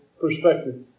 perspective